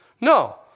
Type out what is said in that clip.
No